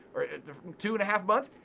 two and a half months,